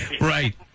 right